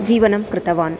जीवनं कृतवान्